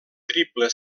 triple